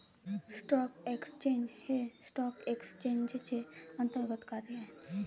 stock exchange हे stock एक्सचेंजचे अंतर्गत कार्य आहे